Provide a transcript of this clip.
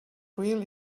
really